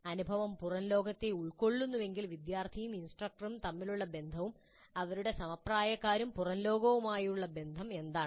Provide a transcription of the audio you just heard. അനുഭവം പുറം ലോകത്തെ ഉൾക്കൊള്ളുന്നുവെങ്കിൽ വിദ്യാർത്ഥിയും ഇൻസ്ട്രക്ടറും തമ്മിലുള്ള ബന്ധവും അവരുടെ സമപ്രായക്കാരുമായും പുറം ലോകവുമായും ഉള്ള ബന്ധം എന്താണ്